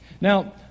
Now